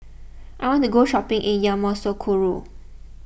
I want to go shopping in Yamoussoukro